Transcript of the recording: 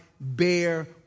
bear